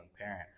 parent